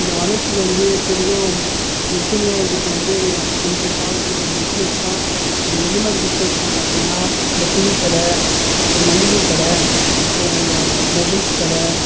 இந்த வளர்ச்சிக்கு வந்து பெரிதும் உறுதுணையாக இருக்கிறது வந்து இன்றைய காலத்தில் இருக்கிற பிஸ்னஸ் தான் அது எந்தமாதிரி பிஸ்னஸ்லாம் பார்த்திங்கன்னா இந்த துணிக்கடை இந்த மளிகை கடை அப்புறம் அந்த மொபைல்ஸ் கடை